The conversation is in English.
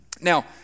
now